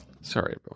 Sorry